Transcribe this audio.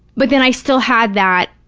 but then i still had that,